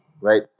right